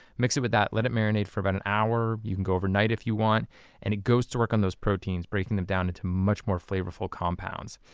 mix it with that, let it marinate for about an hour you can go overnight if you want and it goes to work on the proteins, breaking them down into much more flavorful compounds.